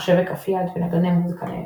מחשבי כף יד ונגני מוזיקה ניידים.